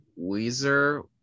weezer